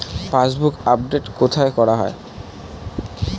Passbook update কোথায় করা হয়?